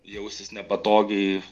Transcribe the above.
jaustis nepatogiai